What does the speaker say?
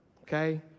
okay